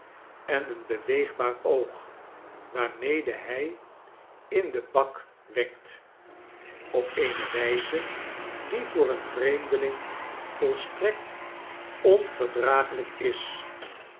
en een beweegbaar oog waarmede hij in den bak wenkt op eene wijze die voor eenvreemdeling volstrekt onverdraaglijk is